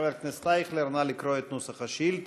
חבר הכנסת אייכלר, נא לקרוא את נוסח השאילתה.